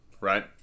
right